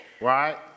right